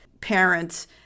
parents